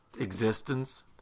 existence